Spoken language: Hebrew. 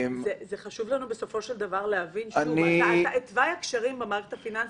חשוב לנו להבין את תוואי הקשרים במערכת הפיננסית.